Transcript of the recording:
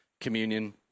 communion